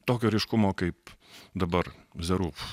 tokio ryškumo kaip dabar zaruf